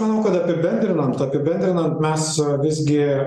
manau kad apibendrinant apibendrinant mes visgi